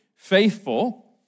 faithful